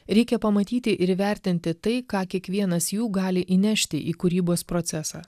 reikia pamatyti ir įvertinti tai ką kiekvienas jų gali įnešti į kūrybos procesą